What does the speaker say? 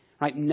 right